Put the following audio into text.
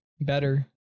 better